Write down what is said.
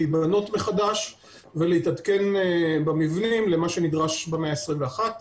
להיבנות מחדש ולהתעדכן במבנים למה שנדרש במאה ה-21.